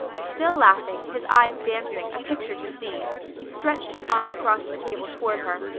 still laughing, his eyes dancing, a picture to see, he stretched his arm across the table toward her,